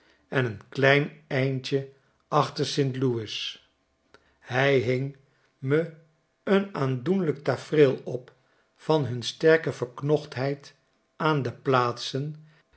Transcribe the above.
en een klein eindje achter st louis hij hing me een aandoenlijk tafereel op van hun sterke verknochtheid aan de plaatsen